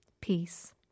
peace